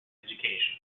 education